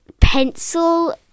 pencil